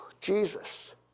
Jesus